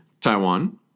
Taiwan